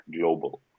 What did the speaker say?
global